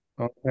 Okay